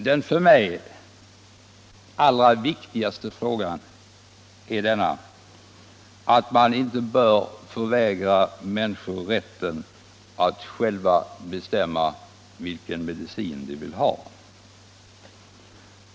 Den för mig allra viktigaste frågan är emellertid att man inte bör förvägra människor rätten att själva bestämma vilken medicin de skall ha.